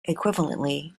equivalently